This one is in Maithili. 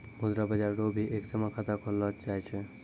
मुद्रा बाजार रो भी एक जमा खाता खोललो जाय छै